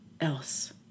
else